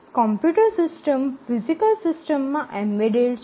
computer system physical સિસ્ટમમાં embedded છે